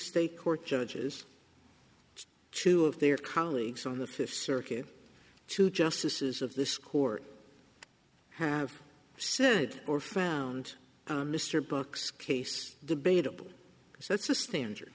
state court judges two of their colleagues on the fifth circuit two justices of this court have said or found mr brooks case debatable so it's the standard